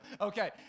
Okay